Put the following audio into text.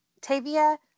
Tavia